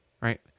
Right